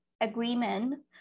agreement